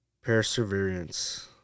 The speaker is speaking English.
perseverance